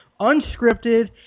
unscripted